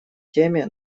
теме